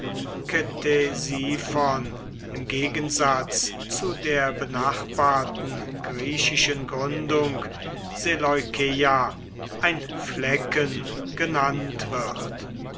im gegensatz zu der benachbarten griechischen gründung seleukeia ein flecken genannt wird